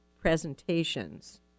presentations